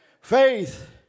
Faith